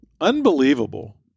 Unbelievable